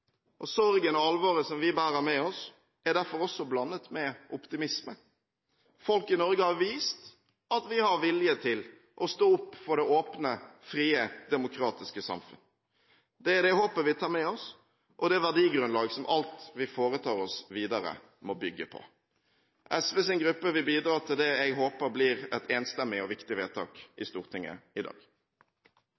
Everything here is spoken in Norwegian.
og alvoret som vi bærer med oss, er derfor også blandet med optimisme. Folk i Norge har vist vilje til å stå opp for det åpne, frie og demokratiske samfunn. Det er det håpet vi tar med oss, og det verdigrunnlaget som alt vi foretar oss videre, må bygge på. SVs gruppe vil bidra til det jeg håper blir et enstemmig og viktig vedtak i